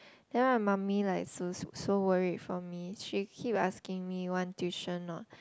then my mummy like so so worried for me she keep asking me want tuition not